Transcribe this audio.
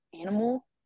animal